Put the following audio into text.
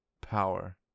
power